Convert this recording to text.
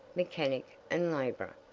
mechanic, and laborer.